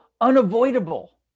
unavoidable